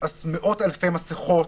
מאות אלפי מסכות,